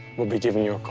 we'll be giving you